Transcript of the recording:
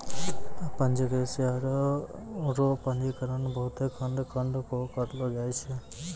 पंजीकृत शेयर रो पंजीकरण बहुते खंड खंड मे करलो जाय छै